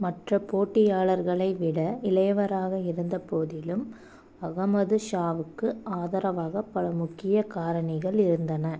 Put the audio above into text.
மற்ற போட்டியாளர்களை விட இளையவராக இருந்தபோதிலும் அகமது ஷாவுக்கு ஆதரவாக பல முக்கிய காரணிகள் இருந்தன